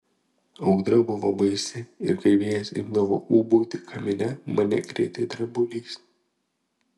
audra buvo baisi ir kai vėjas imdavo ūbauti kamine mane krėtė drebulys